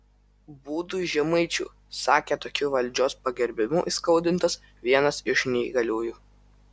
būdui žemaičių sakė tokiu valdžios pagerbimu įskaudintas vienas iš neįgaliųjų